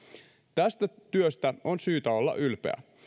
tästä työstä on syytä olla ylpeä